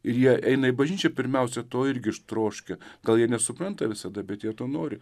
ir jie eina į bažnyčią pirmiausia to irgi ištroškę gal jie nesupranta visada bet jie to nori